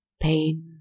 Pain